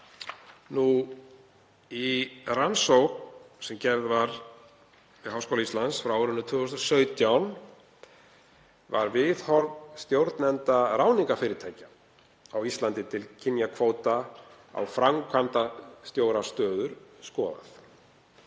Í rannsókn sem gerð var við Háskóla Íslands frá árinu 2017 var viðhorf stjórnenda ráðningarfyrirtækja á Íslandi til kynjakvóta á framkvæmdastjórastöður skoðað.